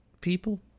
people